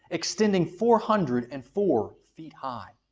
extending four hundred and four feet high.